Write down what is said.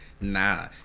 Nah